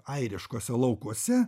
airiškuose laukuose